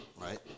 right